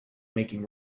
making